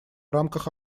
рамках